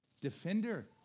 Defender